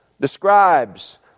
describes